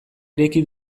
ireki